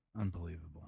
Unbelievable